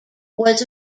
was